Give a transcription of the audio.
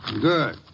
Good